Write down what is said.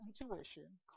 intuition